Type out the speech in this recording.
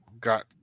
got